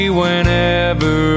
whenever